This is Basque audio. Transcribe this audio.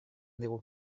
digu